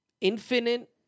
infinite